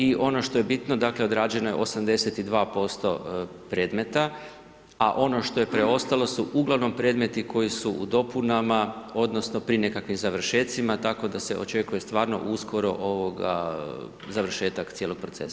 I ono što je bitno, dakle, odrađeno je 82% predmeta, a ono što je preostalo su uglavnom predmeti koji su u dopunama odnosno pri nekakvim završecima, tako da se očekuje stvarno uskoro završetak cijeloga procesa.